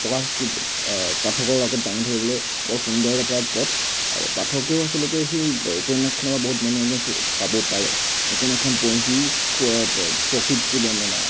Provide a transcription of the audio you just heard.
প্ৰকাশ পাঠকৰ আগত দাঙি ধৰিবলৈ বৰ সুন্দৰ এটা পথ আৰু পাঠকেও আচলতে সেই উপন্যাসখনৰ পৰা বহুত মনোৰঞ্জন পাব পাৰে উপন্যাসখন পঢ়ি প্ৰকৃতি বৰ্ণনা